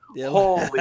Holy